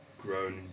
grown